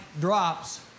drops